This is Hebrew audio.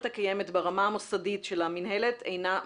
הקיימת ברמה המוסדות של המינהלת אינה מספקת.